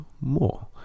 more